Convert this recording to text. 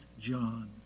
John